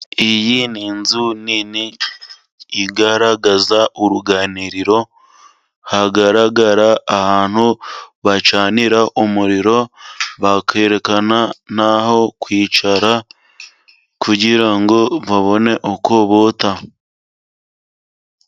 Iyi ni inzu nini igaragaza uruganiriro. Hagaragara ahantu bacanira umuriro, bakerekana naho kwicara kugira ngo babone uko bota.